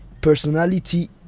Personality